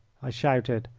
i shouted,